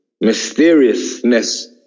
mysteriousness